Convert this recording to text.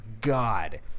god